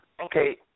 Okay